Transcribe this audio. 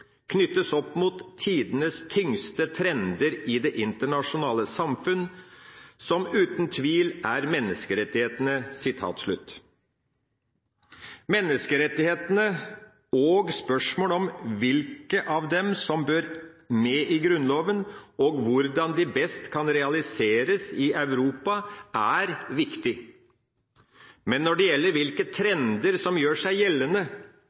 knyttes opp mot tidens tyngste trender i det internasjonale samfunn – som uten tvil er menneskerettighetene». Menneskerettighetene og spørsmålet om hvilke av dem som bør med i Grunnloven, og hvordan de best kan realiseres i Europa, er viktig. Men når det gjelder hvilke trender som gjør seg gjeldende,